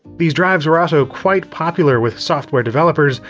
these drives were also quite popular with software developers,